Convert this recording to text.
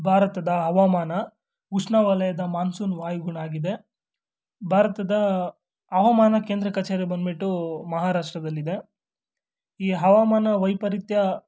ಭಾರತದ ಹವಾಮಾನ ಉಷ್ಣವಲಯದ ಮಾನ್ಸೂನ್ ವಾಯುಗುಣ ಆಗಿದೆ ಭಾರತದ ಹವಾಮಾನ ಕೇಂದ್ರ ಕಚೇರಿ ಬಂದುಬಿಟ್ಟು ಮಹಾರಾಷ್ಟದಲ್ಲಿದೆ ಈ ಹವಾಮಾನ ವೈಪರೀತ್ಯ